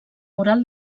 mural